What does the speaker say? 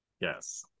Yes